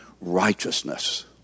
righteousness